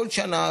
כל שנה,